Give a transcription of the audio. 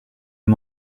une